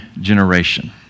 generation